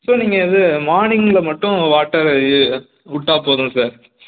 so நீங்கள் இதுது மார்னிங்கில் மட்டும் வாட்டர் விட்டா போதும் சார்